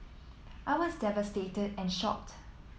I was devastated and shocked